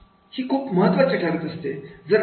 ही खूप महत्त्वाचं ठरत असतं